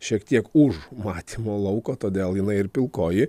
šiek tiek už matymo lauko todėl jinai ir pilkoji